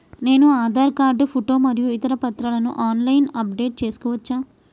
నేను Aadhaar card photo మరియు ఇతర పత్రాలను ఆన్ లైన్ అప్ డెట్ చేసుకోవచ్చా?